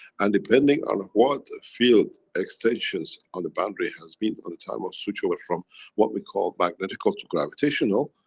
and depending on what ah field extensions on the boundary has been on the time of switch over from what we call magnetical to gravitational,